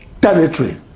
territory